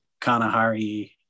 Kanahari